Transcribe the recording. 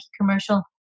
commercial